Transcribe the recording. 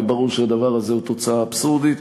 וברור שהדבר הזה הוא תוצאה אבסורדית.